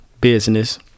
business